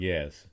Yes